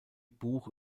buch